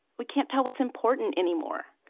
we can't tell what's important anymore.